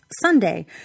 Sunday